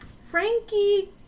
Frankie